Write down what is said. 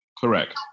Correct